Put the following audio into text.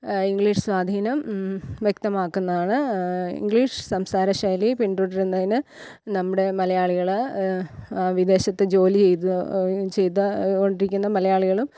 English സ്വാധീനം വ്യക്തമാക്കുന്നതാണ് English സംസാര ശൈലി പിന്തുടരുന്നതിന് നമ്മുടെ മലയാളികൾ വിദേശത്തു ജോലി ചെയ്ത ചെയ്ത കൊണ്ടിരിക്കുന്ന മലയാളികളും